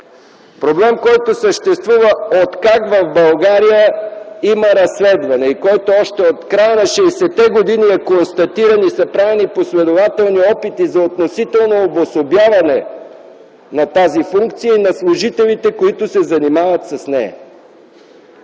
проблем, който съществува откакто в България има разследване и който е още от края на 60-те години. Констатирано е и са правени последователни опити за относително обособяване на тази функция и на служителите, които се занимават с нея.